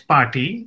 Party